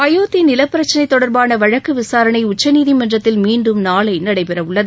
அயோத்தி நிலபிரச்சினை தொடர்பான வழக்கு விசாரணை உச்சநீதிமன்றத்தில் மீண்டும் நாளை நடைபெறவுள்ளது